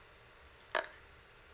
ah